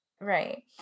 right